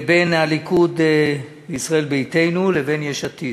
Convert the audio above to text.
בין הליכוד וישראל ביתנו לבין יש עתיד: